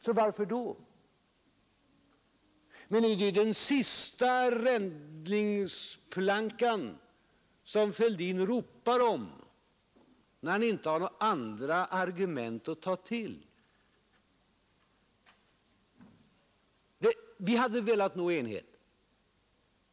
Men nyval är den sista räddningsplankan som herr Fälldin ropar efter när han inte har några andra argument att ta till. Vi hade velat nå enighet.